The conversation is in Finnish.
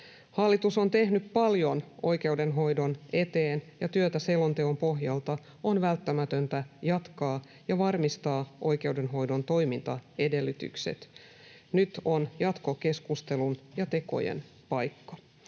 Hallitus on tehnyt paljon oikeudenhoidon eteen, ja työtä selonteon pohjalta on välttämätöntä jatkaa ja varmistaa oikeudenhoidon toimintaedellytykset. Nyt on jatkokeskustelun ja tekojen paikka.